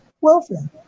welfare